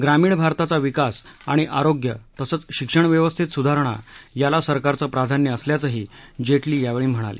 ग्रामीण भारताचा विकास आणि आरोग्य तसंच शिक्षण व्यवस्थेत सुधारणा याला सरकारचं प्राधान्य असल्याचंही जेटली यावेळी म्हणाले